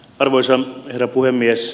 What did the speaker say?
arvoisa herra puhemies